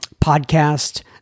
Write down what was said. podcast